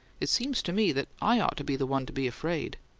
it seems to me that i ought to be the one to be afraid.